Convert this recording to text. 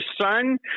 son